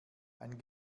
ein